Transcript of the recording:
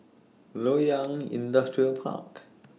Loyang Industrial Park